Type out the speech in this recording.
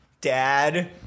Dad